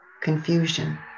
confusion